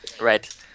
Right